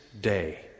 day